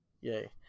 yay